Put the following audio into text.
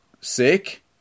sick